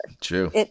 True